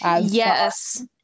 Yes